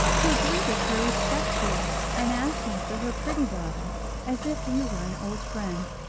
who greeted her respectfully, and asked after her pretty daughter as if he were an old friend,